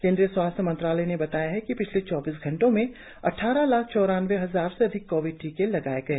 केंद्रीय स्वास्थ्य मंत्रालय ने बताया है कि पिछले चौबीस घंटों में अद्वारह लाख चौरानबे हजार से अधिक कोविड टीके लगाए गए